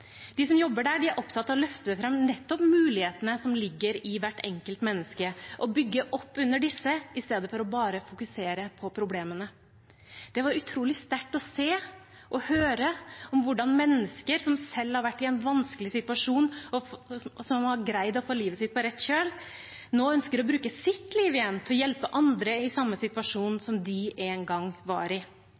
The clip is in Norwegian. De som jobber der, er opptatt av å løfte fram nettopp mulighetene som ligger i hvert enkelt menneske, og å bygge opp under disse i stedet for bare å fokusere på problemene. Det var utrolig sterkt å se og høre om hvordan mennesker som selv har vært i en vanskelig situasjon og greid å få livet sitt på rett kjøl, nå ønsker å bruke sitt liv til å hjelpe andre i samme situasjon som de en gang var i.